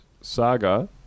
saga